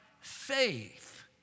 faith